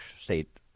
state